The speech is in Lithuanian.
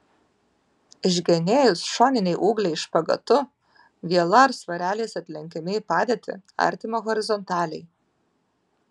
išgenėjus šoniniai ūgliai špagatu viela ar svareliais atlenkiami į padėtį artimą horizontaliai